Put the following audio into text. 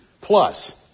plus